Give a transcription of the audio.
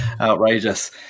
Outrageous